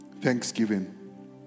Thanksgiving